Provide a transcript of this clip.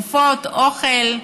תרופות, אוכל,